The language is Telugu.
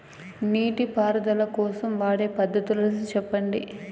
నీటి పారుదల కోసం వాడే పద్ధతులు సెప్పండి?